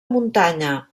muntanya